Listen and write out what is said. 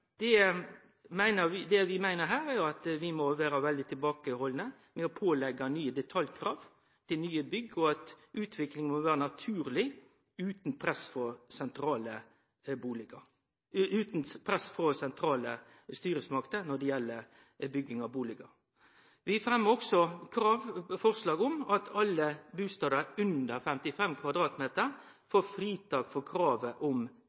Det vi meiner her, er at vi må vere veldig tilbakehaldne med å påleggje nye detaljkrav til nye bygg, og at utviklinga må vere naturleg utan press frå sentrale styresmakter når det gjeld bygging av bustader. Vi fremmer forslag om at alle bustader under 55 m2 får fritak frå kravet om